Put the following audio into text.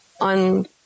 on